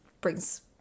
brings